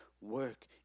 Work